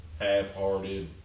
half-hearted